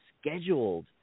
scheduled